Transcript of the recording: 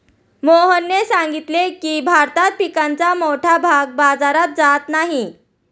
मोहनने सांगितले की, भारतात पिकाचा मोठा भाग बाजारात जात नाही